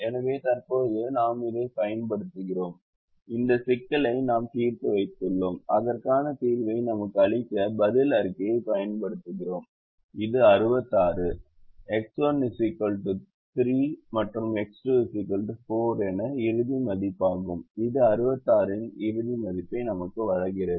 எனவே தற்போது நாம் இதைப் பயன்படுத்துகிறோம் இந்த சிக்கலை நாம் தீர்த்து வைத்துள்ளோம் அதற்கான தீர்வை நமக்கு அளிக்க பதில் அறிக்கையைப் பயன்படுத்துகிறோம் இது 66 X1 3 மற்றும் X2 4 இன் இறுதி மதிப்பாகும் இது 66 இன் இறுதி மதிப்பை நமக்கு வழங்குகிறது